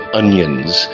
onions